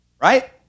right